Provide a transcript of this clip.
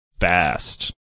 fast